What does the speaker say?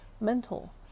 mental